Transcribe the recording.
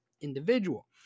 individual